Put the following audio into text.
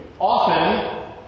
Often